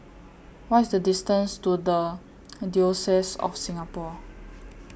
What IS The distance to The Diocese of Singapore